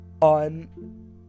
on